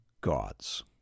God's